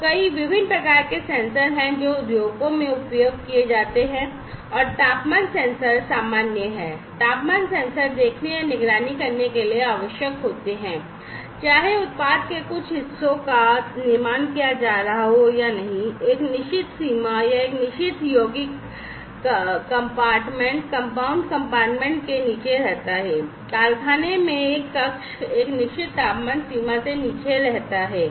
तो कई के नीचे रहता है कारखाने में एक कक्ष एक निश्चित तापमान सीमा से नीचे रह रहा है